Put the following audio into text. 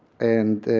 and